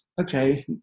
okay